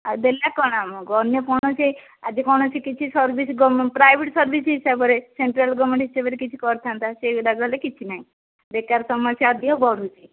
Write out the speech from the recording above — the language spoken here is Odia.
ଆଉ ଦେଲା କଣ ଅନ୍ୟ କୌଣସି ଆଜି କୌଣସି କିଛି ସର୍ଭି ପ୍ରାଇଭେଟ ସର୍ଭିସ ହିସାବରେ ସେଣ୍ଟ୍ରାଲ ଗମେଣ୍ଟ ହିସାବରେ କିଛି କରିଥାନ୍ତା ସେଇଗୁଡ଼ାକ ହେଲେ କିଛି ନାହିଁ ବେକାର ସମସ୍ୟା ଅଧିକ ବଢ଼ୁଛି